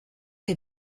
que